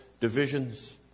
divisions